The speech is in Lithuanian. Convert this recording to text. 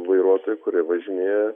vairuotojų kurie važinėja